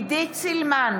עידית סילמן,